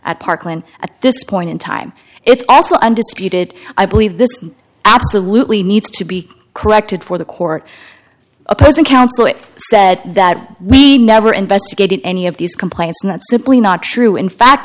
parkland at this point in time it's also undisputed i believe this absolutely needs to be corrected for the court opposing counsel it said that we never investigated any of these complaints and that's simply not true in fact